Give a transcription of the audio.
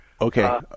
Okay